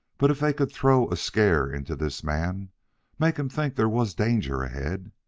but if they could throw a scare into this man make him think there was danger ahead.